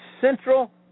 central